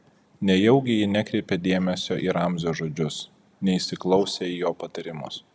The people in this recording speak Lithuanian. nejaugi ji nekreipė dėmesio į ramzio žodžius neįsiklausė į jo patarimus